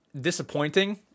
disappointing